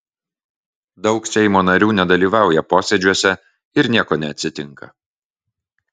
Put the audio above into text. daug seimo narių nedalyvauja posėdžiuose ir nieko neatsitinka